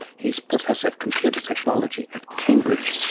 he's professor of computer technology at cambridge,